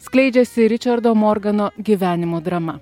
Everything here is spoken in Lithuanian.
skleidžiasi ričardo morgano gyvenimo drama